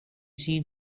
seen